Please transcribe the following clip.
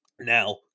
now